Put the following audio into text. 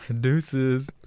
deuces